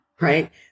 right